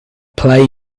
play